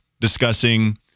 discussing